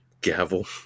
gavel